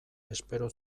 espero